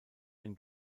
ein